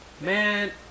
man